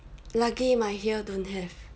lucky my here don't have